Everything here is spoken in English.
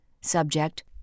Subject